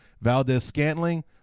Valdez-Scantling